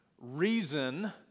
reason